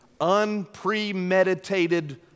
unpremeditated